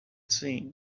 seen